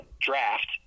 draft